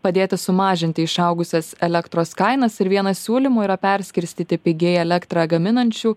padėti sumažinti išaugusias elektros kainas ir vienas siūlymų yra perskirstyti pigiai elektrą gaminančių